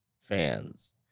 fans